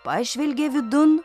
pažvelgė vidun